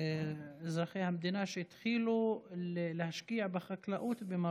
אזרחי המדינה, שהתחילו להשקיע בחקלאות במרוקו,